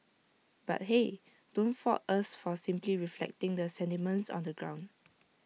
but hey don't fault us for simply reflecting the sentiments on the ground